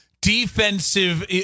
defensive